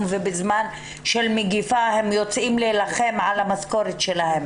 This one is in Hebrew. ובזמן של מגפה הם יוצאים להלחם על המשכורת שלהם.